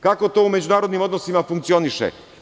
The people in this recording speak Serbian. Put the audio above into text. Kako to u međunarodnim odnosima funkcioniše?